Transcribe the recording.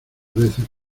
veces